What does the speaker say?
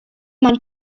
man